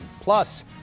Plus